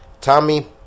Tommy